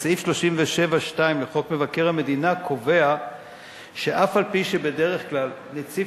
שסעיף 37(2) לחוק מבקר המדינה קובע שאף-על-פי שבדרך כלל נציב